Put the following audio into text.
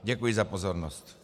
Děkuji za pozornost.